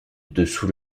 dessous